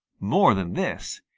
more than this,